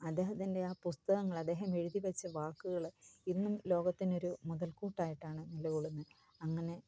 അദ്ദേഹത്തിൻ്റെ ആ പുസ്തകങ്ങൾ അദ്ദേഹം എഴുതി വെച്ച വാക്കുകള് ഇന്നും ലോകത്തിനൊരു മുതൽക്കൂട്ടായിട്ടാണ് നിലകൊള്ളുന്നെ അങ്ങനെ